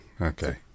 Okay